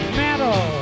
metal